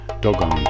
Dogon